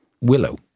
willow